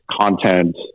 content